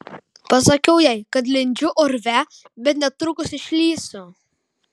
pasakiau jai kad lindžiu urve bet netrukus išlįsiu